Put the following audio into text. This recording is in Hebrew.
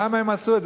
למה הם עשו את זה?